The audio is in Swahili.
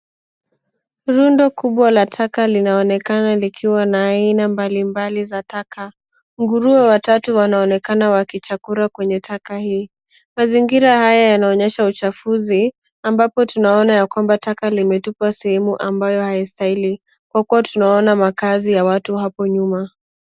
Rundo kubwa la taka linaonekana likiwa na aina mbalimbali za taka. Nguruwe watatu wanaonekana wakichakura kwenye taka hii. Mazingira haya yanaonyesha uchafuzi ambapo tunaona taka limetupwa sehemu amabyo haistahili kwa kuwa tunaona makazi ya watu hapo nyuma.